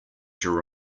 your